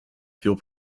fuel